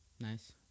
Nice